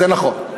זה נכון.